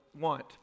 want